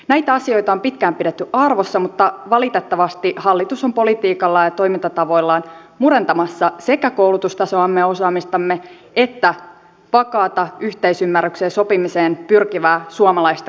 näitä asioita on pitkään pidetty arvossa mutta valitettavasti hallitus on politiikallaan ja toimintatavoillaan murentamassa sekä koulutustasoamme osaamistamme että vakaata yhteisymmärrykseen ja sopimiseen pyrkivää suomalaista kulttuuria